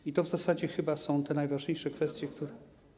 I to w zasadzie chyba są te najważniejsze kwestie, które.